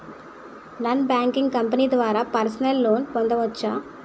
Non banking company ద్వారా personal loan పొందవచ్చా?